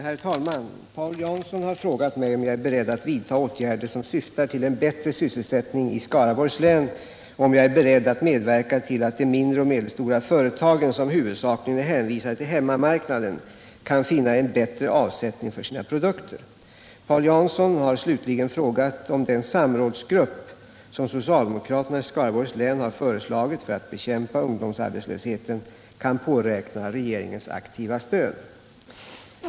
Herr talman! Paul Jansson har frågat mig om jag är beredd att vidtaga åtgärder som syftar till en bättre sysselsättning i Skaraborgs län och om jag är beredd att medverka till att de mindre och medelstora företagen, som huvudsakligen är hänvisade till hemmamarknaden, kan finna en bättre avsättning för sina produkter. Paul Jansson har slutligen frågat om den samrådsgrupp som socialdemokraterna i Skaraborgs län har föreslagit för att bekämpa ungdomsarbetslösheten kan påräkna regeringens aktiva stöd.